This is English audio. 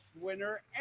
winner